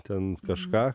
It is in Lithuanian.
ten kažką